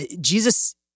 Jesus